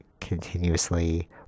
continuously